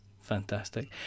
fantastic